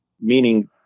meaning